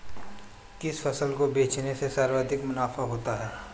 किस फसल को बेचने से सर्वाधिक मुनाफा होता है?